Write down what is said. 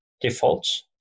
defaults